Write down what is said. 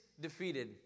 defeated